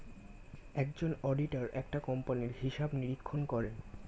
একজন অডিটর একটা কোম্পানির হিসাব নিরীক্ষণ করেন